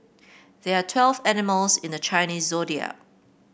there are twelve animals in the Chinese Zodiac